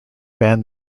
banned